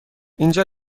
اینجا